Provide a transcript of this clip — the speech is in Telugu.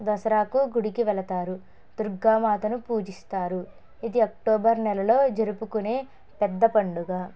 దసరాకు గుడికి వెళతారు దుర్గామాతను పూజిస్తారు ఇది అక్టోబర్ నెలలో జరుపుకునే పెద్ద పండుగ